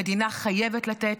המדינה חייבת לתת,